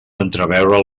entreveure